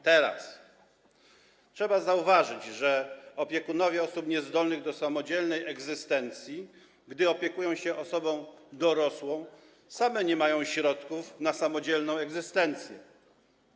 Teraz - trzeba zauważyć, że opiekunowie osób niezdolnych do samodzielnej egzystencji, gdy opiekują się osobą dorosłą, sami nie mają środków na samodzielną egzystencję.